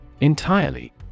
Entirely